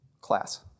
class